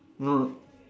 no no